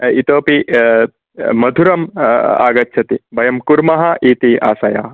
इतोऽपि मधुरम् आगच्छति वयं कुर्मः इति आशयः